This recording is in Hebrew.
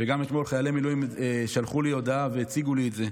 גם אתמול חיילי מילואים שלחו לי הודעה והציגו לי את זה,